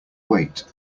weight